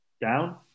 down